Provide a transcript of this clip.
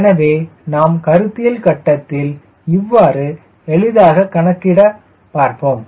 எனவே நாம் கருத்தில் கட்டத்தில் இவ்வாறு எளிதாக கணக்கிட பார்ப்போம்